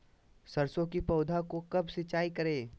सरसों की पौधा को कब सिंचाई करे?